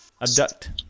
abduct